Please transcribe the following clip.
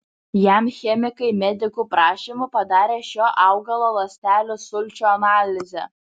jam chemikai medikų prašymu padarė šio augalo ląstelių sulčių analizę